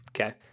Okay